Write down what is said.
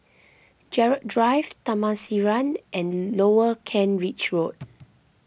Gerald Drive Taman Sireh and Lower Kent Ridge Road